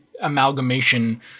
amalgamation